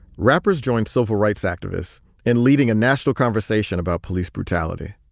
rappers joined civil rights activists in leading a national conversation about police brutality.